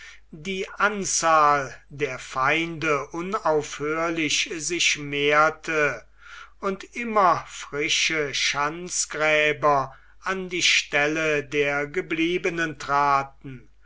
die anzahl der feinde unaufhörlich sich mehrte und immer frische schanzgräber an die stelle der gebliebenen traten